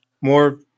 more